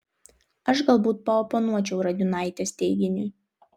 aš galbūt paoponuočiau radiunaitės teiginiui